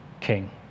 king